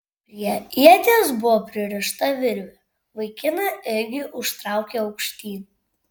prie ieties buvo pririšta virvė vaikiną irgi užtraukė aukštyn